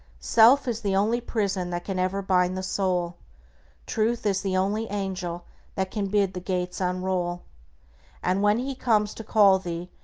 self is the only prison that can ever bind the soul truth is the only angel that can bid the gates unroll and when he comes to call thee,